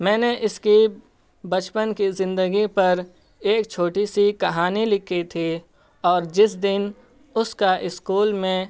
میں نے اس کی بچپن کی زندگی پر ایک چھوٹی سی کہانی لکھی تھی اور جس دن اس کا اسکول میں